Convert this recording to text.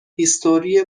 هیستوری